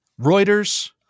Reuters